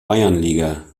bayernliga